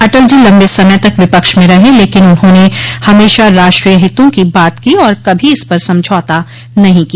अटल जी लंबे समय तक विपक्ष में रहे लेकिन उन्होंने हमेशा राष्ट्रीय हितों की बात की और कभी इस पर समझौता नहीं किया